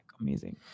amazing